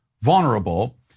vulnerable